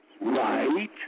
right